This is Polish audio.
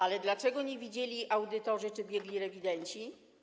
Ale dlaczego nie widzieli audytorzy, czy biegli rewidenci?